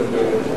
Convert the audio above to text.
להצבעה.